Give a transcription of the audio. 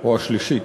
או השלישית.